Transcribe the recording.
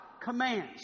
commands